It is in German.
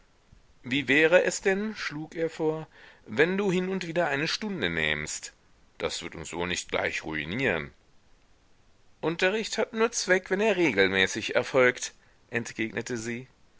wie wäre es denn schlug er vor wenn du hin und wieder eine stunde nähmst das wird uns wohl nicht gleich ruinieren unterricht hat nur zweck wenn er regelmäßig erfolgt entgegnete sie